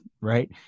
right